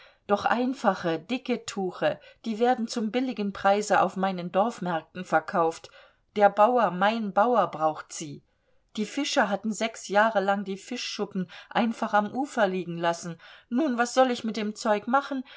doch einfache dicke tuche die werden zum billigen preise auf meinen dorfmärkten verkauft der bauer mein bauer braucht sie die fischer hatten sechs jahre lang die fischschuppen einfach am ufer liegen lassen nun was soll ich mit dem zeug machen